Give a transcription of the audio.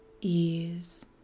ease